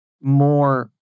more